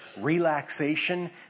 relaxation